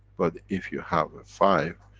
but if you have a five,